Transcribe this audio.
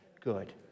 Good